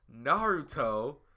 Naruto